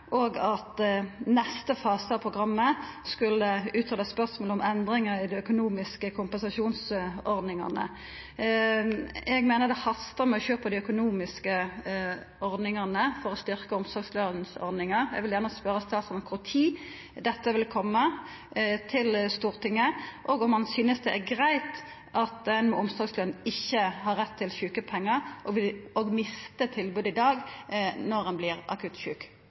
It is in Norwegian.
at neste fase av programmet skulle greia ut spørsmålet om endringar i dei økonomiske kompensasjonsordningane. Eg meiner det hastar med å sjå på dei økonomiske ordningane for å styrkja omsorgslønsordninga. Eg vil gjerne spørja statsråden kva tid dette vil koma til Stortinget, og om han synest det er greit at ein med omsorgsløn ikkje har rett til sjukepengar og mistar tilbodet i dag når ein vert akutt sjuk.